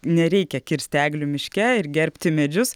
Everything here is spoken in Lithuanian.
nereikia kirsti eglių miške ir gerbti medžius